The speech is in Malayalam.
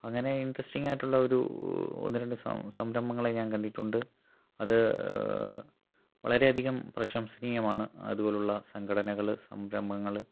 അങ്ങനെ ഇൻട്രസ്റ്റിങ്ങ് ആയിട്ടുള്ള ഒരു ഒന്ന് രണ്ട് സംരഭങ്ങളെ ഞാൻ കണ്ടിട്ടുണ്ട് അത് വളരെ അധികം പ്രശംസനീയമാണ് അതുപോലുള്ള സംഘടനകൾ സംരംഭങ്ങൾ